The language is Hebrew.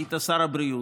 היית שר הבריאות.